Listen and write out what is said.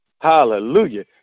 hallelujah